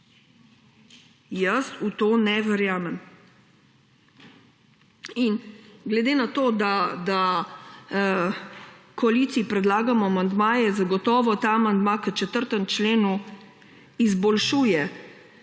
Jaz v to ne verjamem.